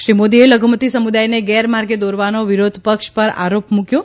શ્રી મોદીએ લધુમતી સમુદાયને ગેરમાર્ગે દોરવાનો વિરોધપક્ષ પર આરોપ મુકયો